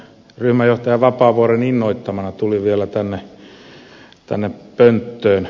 ryhmänjohtaja vapaavuoren innoittamana tulin vielä tänne pönttöön